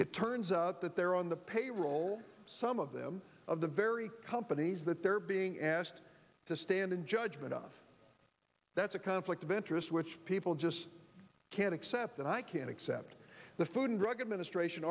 it turns out that they're on the payroll some of them of the very companies that they're being asked to stand in judgment of that's a conflict of interest which people just can't accept and i can accept the food and drug administr